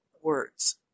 words